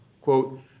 quote